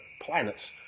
planets